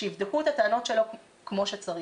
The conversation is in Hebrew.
שיבדקו את הטענות שלו כמו שצריך.